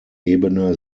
ebene